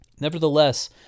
Nevertheless